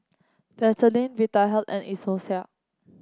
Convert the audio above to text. Vaselin Vitahealth and Isocal